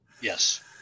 Yes